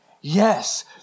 Yes